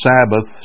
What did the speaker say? Sabbath